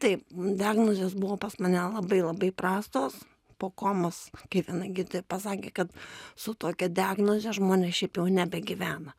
taip diagnozės buvo pas mane labai labai prastos po komos kai viena gydytoja pasakė kad su tokia diagnoze žmonės šiaip jau nebegyvena